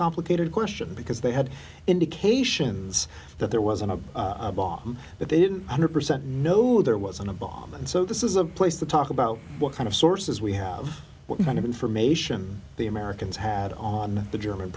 complicated question because they had indications that there was a bomb but they didn't under present know there was an a bomb and so this is a place to talk about what kind of sources we have what kind of information the americans had on the german